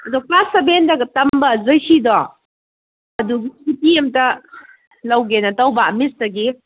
ꯑꯗꯣ ꯀ꯭ꯂꯥꯁ ꯁꯚꯦꯟꯗꯒ ꯇꯝꯕ ꯖꯣꯏꯁꯤꯗꯣ ꯑꯗꯣ ꯁꯨꯇꯤ ꯑꯝꯇ ꯂꯧꯒꯦꯅ ꯇꯧꯕ ꯃꯤꯁꯇꯥꯒꯤ